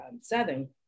Southern